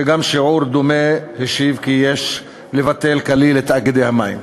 וגם שיעור דומה השיב כי יש לבטל כליל את תאגידי המים.